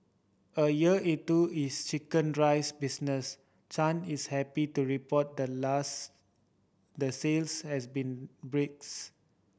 a year into his chicken rice business Chan is happy to report the last the sales has been breaks